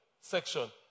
section